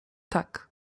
tak